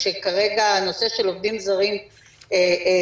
כשכרגע הנושא של עובדים זרים למוסדות